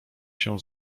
się